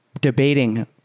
debating